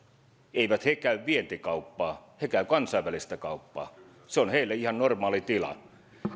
eivät he käy vientikauppaa he käyvät kansainvälistä kauppaa se on heille ihan normaali tila